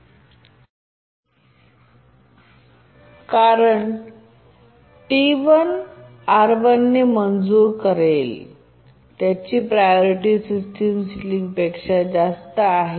T1 विलँड नोटिव्ह टू अॅव्हर्व्हिजन संबंधित कारण T1 R1 ने मंजूर करेल त्याची प्रायोरिटी सिस्टम सिलिंग पेक्षा जास्त आहे